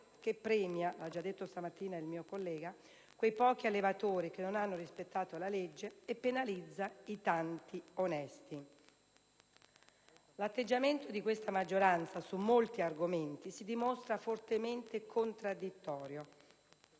che premia - l'ha già detto stamattina un mio collega - quei pochi allevatori che non ha hanno rispettato la legge e penalizza i tanti onesti. L'atteggiamento di questa maggioranza su molti argomenti si dimostra fortemente contraddittorio.